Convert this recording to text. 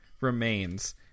remains